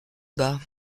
bas